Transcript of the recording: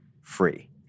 Free